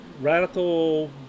radical